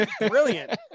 Brilliant